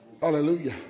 Hallelujah